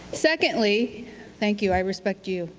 secondly thank you, i respect you